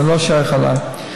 זה לא שייך אליי.